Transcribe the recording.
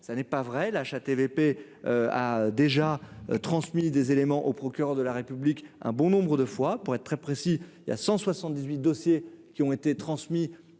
ça n'est pas vrai, la HATVP a déjà transmis des éléments au procureur de la République, un bon nombre de fois pour être très précis, il y a 178 dossiers qui ont été transmis